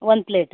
one plate